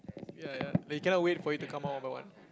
ya ya they cannot wait for you to come out one by one